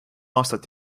aastat